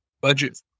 budget